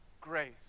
grace